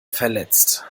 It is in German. verletzt